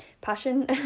passion